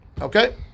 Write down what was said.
okay